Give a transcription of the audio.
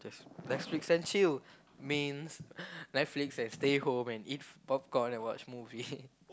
Netflix and chill means Netflix and stay home and eat popcorn and watch movie